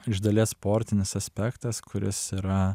iš dalies sportinis aspektas kuris yra